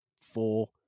four